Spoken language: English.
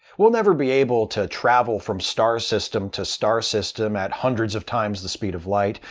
we'll never be able to travel from star system to star system at hundreds of times the speed of light.